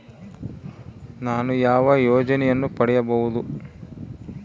ನಾನು ಯಾವ ಯೋಜನೆಯನ್ನು ಪಡೆಯಬಹುದು?